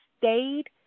stayed